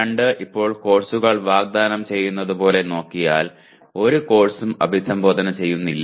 PO2 ഇപ്പോൾ കോഴ്സുകൾ വാഗ്ദാനം ചെയ്യുന്നതുപോലെ നോക്കിയാൽ ഒരു കോഴ്സും അഭിസംബോധന ചെയ്യുന്നില്ല